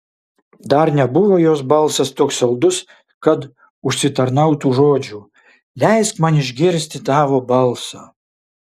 dar nebuvo jos balsas toks saldus kad užsitarnautų žodžių leisk man išgirsti tavo balsą